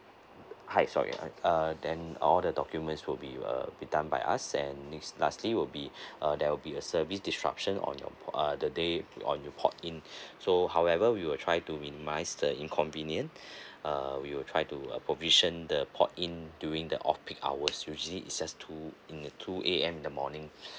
hi sorry uh uh then uh all the documents will be uh be done by us and next lastly will be uh there will be a service disruption on your uh the day on your port in so however we will try to minimise the inconvenient uh we will try to uh provision the port in during the off peak hours usually is just two in the two A_M in the morning